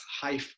high